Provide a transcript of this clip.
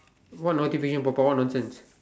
what notification pop up what nonsense